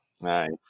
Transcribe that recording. Nice